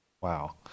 Wow